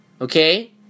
okay